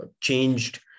changed